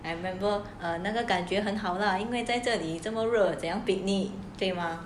I remember err 那个感觉很好啦因为在这里这么热怎样 picnic 对吗